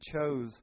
chose